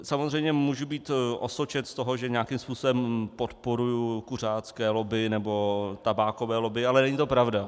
Samozřejmě můžu být osočen z toho, že nějakým způsobem podporuji kuřácké lobby nebo tabákové lobby, ale není to pravda.